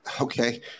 Okay